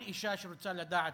כל אישה שרוצה לדעת,